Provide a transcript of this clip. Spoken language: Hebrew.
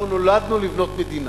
אנחנו נולדנו לבנות מדינה,